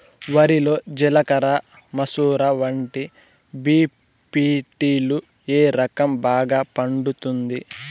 వరి లో జిలకర మసూర మరియు బీ.పీ.టీ లు ఏ రకం బాగా పండుతుంది